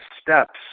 steps